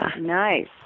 Nice